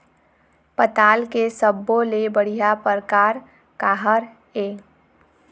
पताल के सब्बो ले बढ़िया परकार काहर ए?